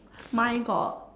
mine got